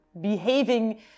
behaving